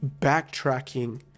backtracking